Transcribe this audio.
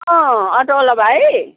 औ अटोवाला भाइ